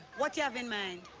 what do you have in mind?